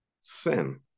sin